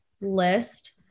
list